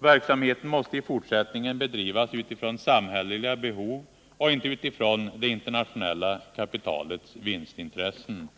Verksamheten måste i fortsättningen bedrivas utifrån samhälleliga behov och inte utifrån det internationella kapitalets vinstintressen.